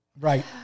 Right